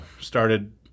started